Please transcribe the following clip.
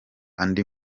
andi